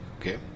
okay